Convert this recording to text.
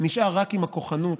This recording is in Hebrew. נשאר רק עם הכוחנות,